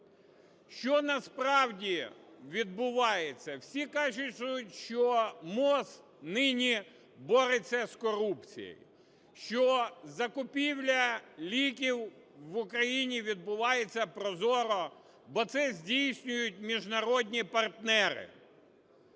Що насправді відбувається? Всі кажуть, що МОЗ нині бореться з корупцією, що закупівля ліків в Україні відбувається прозоро, бо це здійснюють міжнародні партнери.